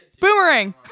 boomerang